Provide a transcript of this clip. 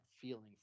feeling